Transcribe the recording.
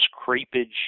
creepage